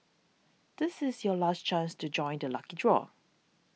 this is your last chance to join the lucky draw